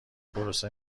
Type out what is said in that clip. پروسه